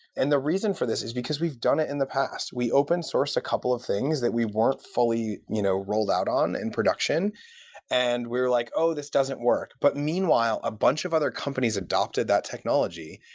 and the reason for this is because we've done it in the past. we open-sourced a couple of things that we weren't fully you know rolled out on in production and we're like, oh! this doesn't work. but meanwhile, a bunch of other companies adopted that technology,